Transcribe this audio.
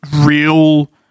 real